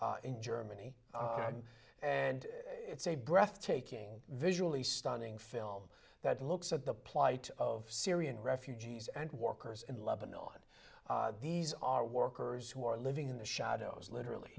living in germany and it's a breathtaking visually stunning film that looks at the plight of syrian refugees and workers in lebanon on these are workers who are living in the shadows literally